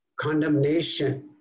condemnation